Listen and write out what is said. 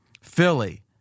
Philly